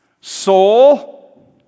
soul